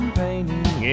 painting